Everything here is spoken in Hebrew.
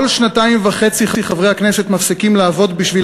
כל שנתיים וחצי חברי הכנסת מפסיקים לעבוד בשביל